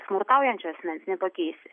smurtaujančio asmens nepakeisi